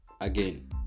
again